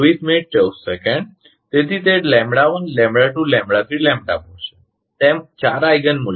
તેથી તે છે તેમ ચાર આઈગિન મૂલ્યો છે